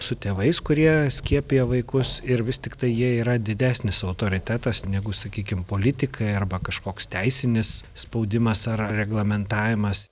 su tėvais kurie skiepija vaikus ir vis tiktai jie yra didesnis autoritetas negu sakykim politikai arba kažkoks teisinis spaudimas ar reglamentavimas